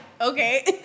okay